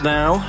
now